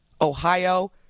Ohio